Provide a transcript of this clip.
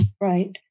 Right